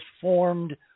formed